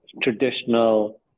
traditional